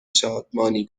شادمانی